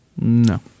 No